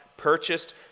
purchased